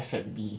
F&B